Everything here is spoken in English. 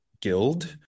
guild